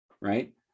right